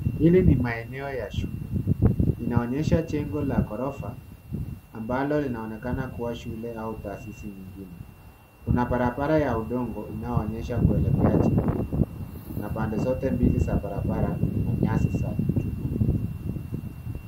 Hili ni maeneo ya shule. Inaonyesha jengo la gorofa ambalo linaonekana kuwa shule au taasisi nyingine. kuna barabara ya udongo inaoonyesha kuelekea jengo hilo, na pande zote mbili za barara kuna nyasi na chuma.